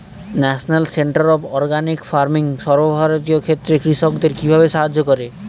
National Centre of Organic Farming সর্বভারতীয় ক্ষেত্রে কৃষকদের কিভাবে সাহায্য করে?